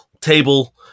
table